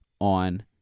on